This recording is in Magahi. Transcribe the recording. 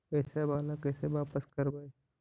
पैसा बाला कैसे बापस करबय?